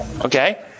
Okay